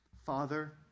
Father